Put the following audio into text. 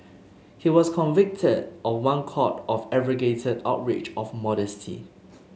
he was convicted of one count of aggravated outrage of modesty